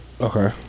Okay